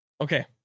Okay